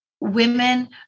women